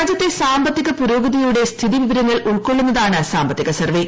രാജ്യത്തെ സാമ്പത്തിക പുരോഗതിയുടെ സ്ഥിതിവിവരങ്ങൾ ഉൾക്കൊള്ളുന്നതാണ് സാമ്പത്തിക സർവേ